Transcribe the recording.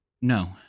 No